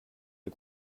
des